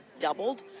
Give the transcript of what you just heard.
doubled